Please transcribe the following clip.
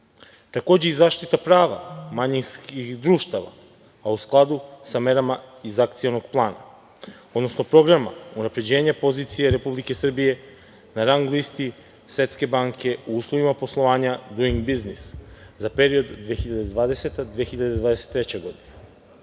takođe i zaštita prava manjinskih društava, a u skladu sa merama iz Akcionog plana, odnosno programa Unapređenje pozicije Republike Srbije na rang listi Svetske banke u uslovima poslovanja „Duing biznis“, za period 2020-2023. godine.